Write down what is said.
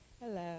Hello